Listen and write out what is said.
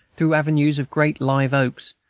through avenues of great live-oaks,